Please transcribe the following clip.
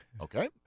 Okay